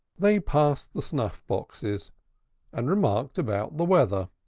they passed the snuff-boxes and remarks about the weather.